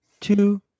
two